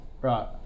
Right